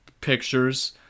pictures